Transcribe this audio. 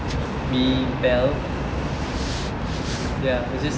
me belle ya it was just